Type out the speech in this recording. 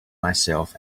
myself